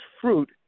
fruit